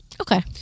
Okay